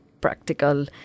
practical